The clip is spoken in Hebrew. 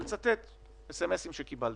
לצטט אס אם אסים שקיבלתי.